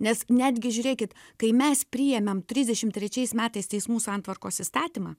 nes netgi žiūrėkit kai mes priėmėm trisdešim trečiais metais teismų santvarkos įstatymą